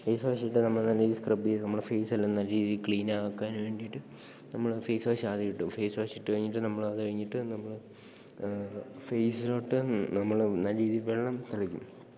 face വാഷിട്ട് നമ്മള് നല്ല രീതിയില് സ്ക്രബ് ചെയ്ത് നമ്മള് ഫേയ്സെല്ലാം നല്ല രീതിയില് ക്ലീനാക്കാന് വേണ്ടിയിട്ട് നമ്മള് ഫേയ്സ് വാഷ് ആദ്യമിട്ട് ഫേയ്സ് വാഷിട്ട് കഴിഞ്ഞിട്ട് നമ്മളത് കഴിഞ്ഞിട്ട് നമ്മള് ഫേയ്സിലോട്ട് നമ്മള് നല്ല രീതിയില് വെള്ളം തളിക്കും